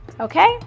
Okay